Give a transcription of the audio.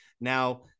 Now